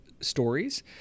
stories